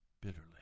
bitterly